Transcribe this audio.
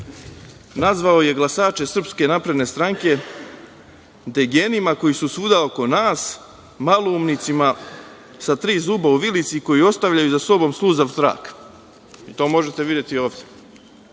nazvao je glasače SNS – degenima koji su svuda oko nas, maloumnicima sa tri zuba u vilici koji ostavljaju za sobom sluzav trag i to možete videti ovde.